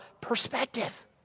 perspective